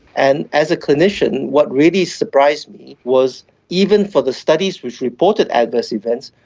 and as a clinician what really surprised me was even for the studies which reported adverse events,